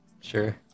Sure